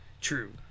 true